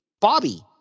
Bobby